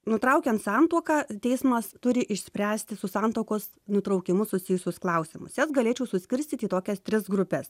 nutraukiant santuoką teismas turi išspręsti su santuokos nutraukimu susijusius klausimus juos galėčiau suskirstyt į tokias tris grupes